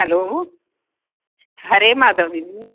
hello Hare Madhav दीदी